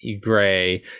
gray